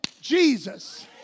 Jesus